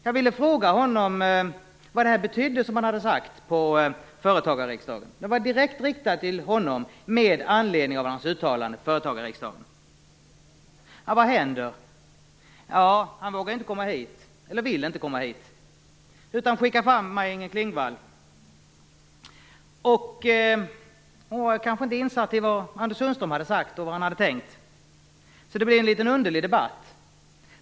Jag ville fråga honom vad det som han hade sagt på småföretagarriksdagen betydde. Det var en fråga direkt riktad till honom med anledning av hans uttalande. Vad hände? Jo, han vågade inte eller ville inte komma hit, utan han skickade fram Maj-Inger Klingvall. Hon var kanske inte insatt i vad Anders Sundström hade sagt och tänkt, så det blev en litet underlig debatt.